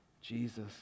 Jesus